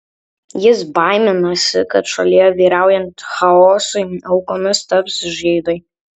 jis baiminasi kad šalyje vyraujant chaosui aukomis taps žydai